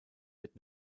wird